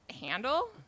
handle